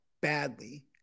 badly